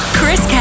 Chris